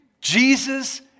Jesus